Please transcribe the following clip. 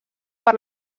per